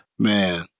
Man